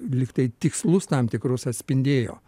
lygtai tikslus tam tikrus atspindėjo